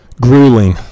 Grueling